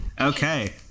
Okay